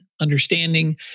understanding